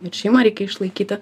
ir šeimą reikia išlaikyti